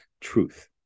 truth